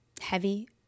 heavy